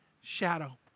shadow